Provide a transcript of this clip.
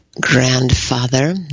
grandfather